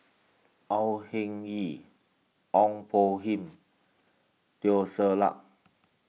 Au Hing Yee Ong Poh Lim Teo Ser Luck